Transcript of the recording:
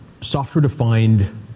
software-defined